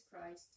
Christ